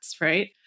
right